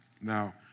Now